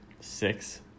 Six